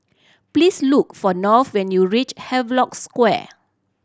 please look for North when you reach Havelock Square